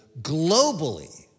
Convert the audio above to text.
globally